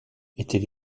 était